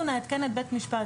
אנחנו נעדכן את בית המשפט,